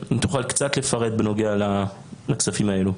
אם תוכל קצת לפרט בנוגע לכספים האלו.